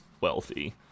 wealthy